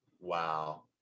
Wow